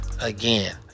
Again